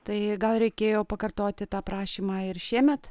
tai gal reikėjo pakartoti tą prašymą ir šiemet